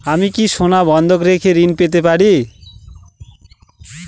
আমি কি সোনা বন্ধক রেখে ঋণ পেতে পারি?